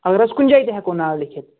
اگر حظ کُنہِ جایہِ تہِ ہٮ۪کو ناو لیٚکِتھ